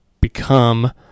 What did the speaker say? become